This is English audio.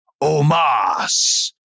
Omas